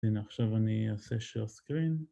הנה עכשיו אני אעשה שר סקרין